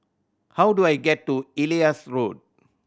how do I get to Elias Road